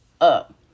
up